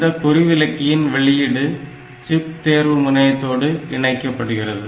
இந்த குறிவிலக்கியின் வெளியீடு சிப் தேர்வு முனையத்தோடு இணைக்கப்படுகிறது